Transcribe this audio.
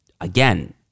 again